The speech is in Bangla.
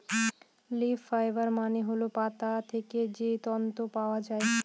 লিফ ফাইবার মানে হল পাতা থেকে যে তন্তু পাওয়া যায়